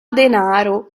denaro